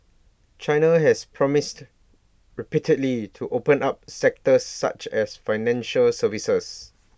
China has promised repeatedly to open up sectors such as financial services